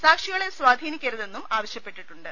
സാക്ഷികളെ സ്വാധീനിക്കരുതെന്നും ആവ ശ്യപ്പെട്ടിട്ടുണ്ട്